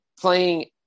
playing